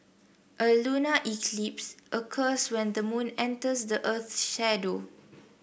a lunar eclipse occurs when the moon enters the earth's shadow